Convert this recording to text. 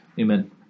Amen